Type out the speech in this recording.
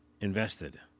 invested